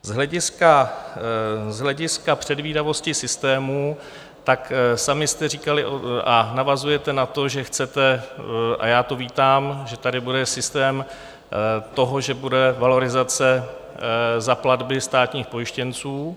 Z hlediska předvídavosti systému, tak sami jste říkali a navazujete na to, že chcete a já to vítám, že tady bude systém toho, že bude valorizace za platby státních pojištěnců.